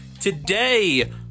Today